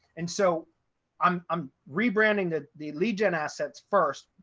and so i'm um rebranding the the lead gen assets first.